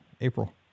April